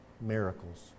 miracles